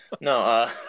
No